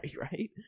right